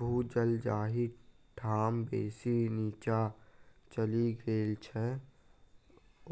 भू जल जाहि ठाम बेसी नीचाँ चलि गेल छै,